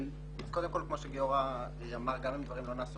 כמו שגיורא אמר, גם אם דברים לא נעשו